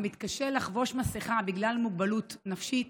המתקשה לחבוש מסכה בגלל מוגבלות נפשית,